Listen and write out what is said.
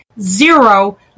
zero